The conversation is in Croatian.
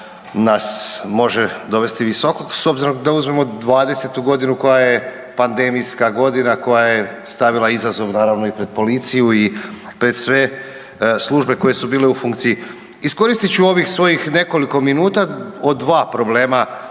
nas može dovesti visoko s obzirom da uzmemo '20.g. koja je pandemijska godina, koja je stavila izazov naravno i pred policiju i pred sve službe koje su bile u funkciji. Iskoristit ću ovih svojih nekoliko minuta o dva problema